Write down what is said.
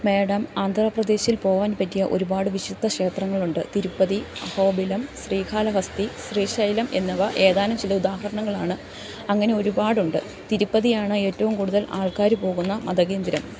madam ആന്ധ്രാപ്രദേശിൽ പോകാൻ പറ്റിയ ഒരുപാട് വിശുദ്ധക്ഷേത്രങ്ങളുണ്ട് തിരുപ്പതി അഹോബിലം ശ്രീകാലഹസ്തി ശ്രീശൈലം എന്നിവ ഏതാനും ചില ഉദാഹരണങ്ങളാണ് അങ്ങനെ ഒരുപാടുണ്ട് തിരുപ്പതിയാണ് ഏറ്റവും കൂടുതൽ ആൾക്കാര് പോകുന്ന മതകേന്ദ്രം